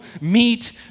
meat